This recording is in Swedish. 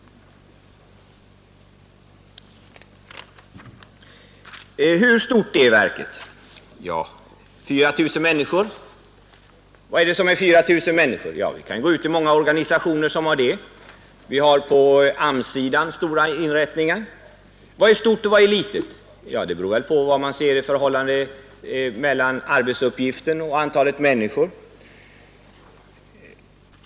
Hur stort är verket? Ja, det har omkring 4 000 anställda. Är det mycket? Vi kan hitta många företag som har det. På AMS-sidan har man t.ex. en stor inrättning. Men vad är stort, och vad är litet? Det beror väl på relationen mellan arbetsuppgiften och antalet människor.